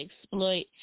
exploit